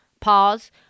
Pause